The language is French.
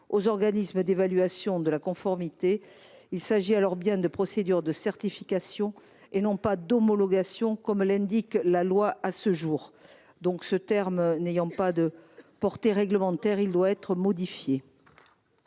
aux organismes d’évaluation de la conformité. Il s’agit alors bien de procédures de certification et non pas d’homologation, comme l’indique la loi à ce jour. Le terme « homologation » n’ayant pas de portée normative, il doit être modifié.